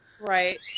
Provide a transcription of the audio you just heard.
Right